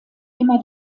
immer